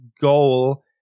goal